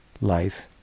life